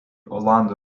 olandų